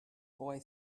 boy